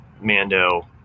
Mando